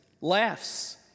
laughs